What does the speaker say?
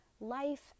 life